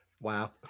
Wow